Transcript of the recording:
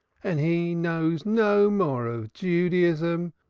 and he know no more of judaism,